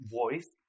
voice